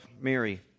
Mary